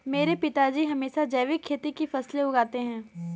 मेरे पिताजी हमेशा जैविक खेती की फसलें उगाते हैं